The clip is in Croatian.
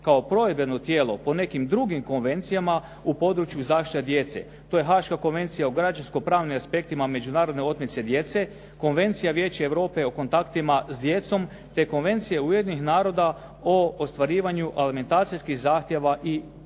kao provedbeno tijelo po nekim drugim konvencijama u području zaštita djece. To je Haaška konvencija o građansko-pravnim aspektima međunarodne otmice djece, Konvencija Vijeća Europe o kontaktima s djecom te Konvencija Ujedinjenih naroda o ostvarivanju alimentacijskih zahtjeva u inozemstvu.